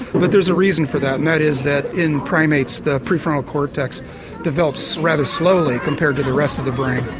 but there's a reason for that and that is that in primates the prefrontal cortex develops rather slowly compared to the rest of the brain.